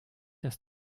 dass